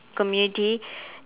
community